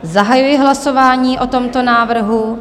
Zahajuji hlasování o tomto návrhu.